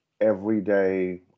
everyday